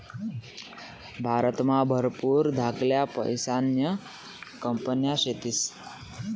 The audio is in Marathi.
भारतमा भरपूर धाकल्या पैसासन्या कंपन्या शेतीस